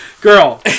girl